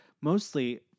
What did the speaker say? mostly